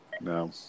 No